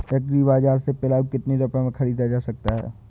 Agree बाजार से पिलाऊ कितनी रुपये में ख़रीदा जा सकता है?